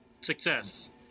Success